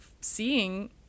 seeing